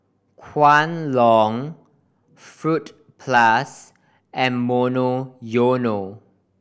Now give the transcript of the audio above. Kwan Loong Fruit Plus and Monoyono